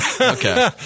Okay